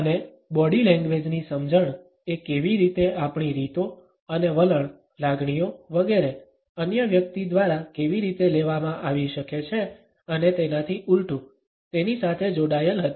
અને બોડી લેંગ્વેજની સમજણ એ કેવી રીતે આપણી રીતો અને વલણ લાગણીઓ વગેરે અન્ય વ્યક્તિ દ્વારા કેવી રીતે લેવામાં આવી શકે છે અને તેનાથી ઊલટું તેની સાથે જોડાયેલ હતી